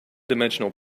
dimensional